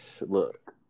look